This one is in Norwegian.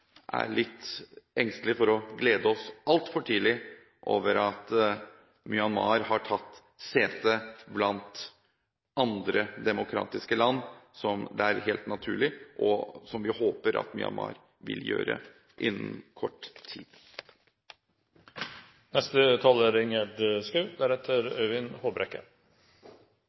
er litt engstelige for å glede oss altfor tidlig over at Myanmar har tatt sete blant andre demokratiske land, som det er helt naturlig – og som vi håper – at Myanmar vil gjøre innen kort